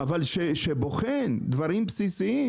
אבל כזה שבוחן דברים בסיסיים.